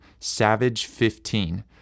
SAVAGE15